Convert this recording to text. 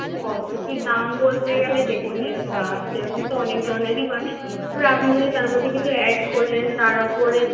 কত কি দাম বলতে গেলে দেখুন এর সেরকম তো অনেক জনেরই বানাই সে আপনি যদি তার মধ্যে কিছু অ্যাড করলেন তার ওপরে